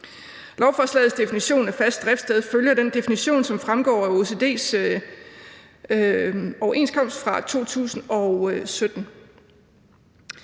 Lovforslagets definition af fast driftssted følger den definition, som fremgår af OECD's overenskomst fra 2017.